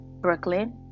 Brooklyn